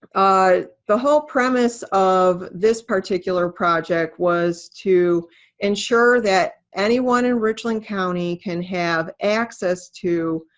ah the whole premise of this particular project was to ensure that anyone in richland county can have access to